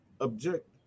object